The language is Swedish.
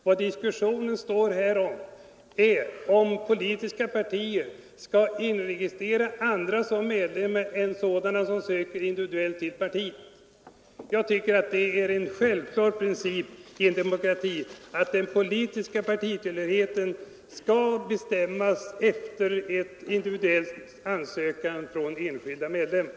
Vad diskussionen gäller är om politiska partier skall in — oo Ffegistrera andra som medlemmar än sådana som söker individuellt till Förbud mot partiet. Jag tycker det är en självklar princip i en demokrati att den kollektivanslutning — politiska partitillhörigheten skall bestämmas efter en individuell ansökan till politiskt parti från enskilda som vill bli medlemmar.